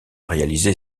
réalisé